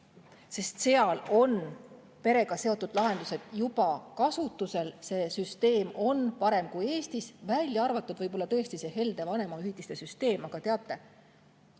Sest seal on perega seotud lahendused juba kasutusel, see süsteem on parem kui Eestis, välja arvatud võib-olla tõesti see helde vanemahüvitise süsteem. Aga teate,